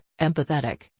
empathetic